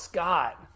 Scott